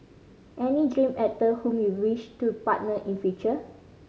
any dream actor whom you wish to partner in future